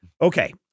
Okay